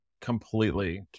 completely